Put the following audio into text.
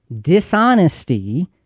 dishonesty